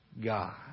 God